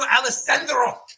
Alessandro